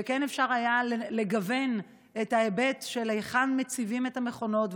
וכן אפשר היה לגוון את ההיבט של היכן מציבים את המכונות.